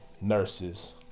Nurses